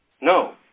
No